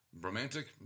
Romantic